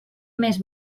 més